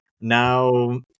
now